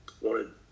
wanted